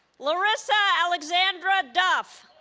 larissa alexandra duff